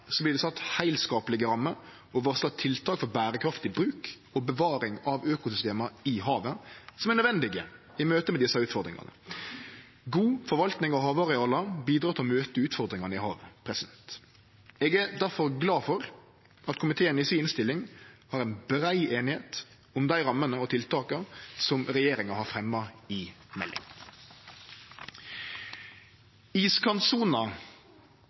det sett heilskaplege rammer og varsla tiltak for berekraftig bruk og bevaring av økosystema i havet, som er nødvendig i møte med desse utfordringane. God forvalting av havareala bidreg til å møte utfordringane i havet. Eg er difor glad for at det i komiteens innstilling er brei einigheit om dei rammene og tiltaka som regjeringa har fremja i